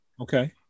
Okay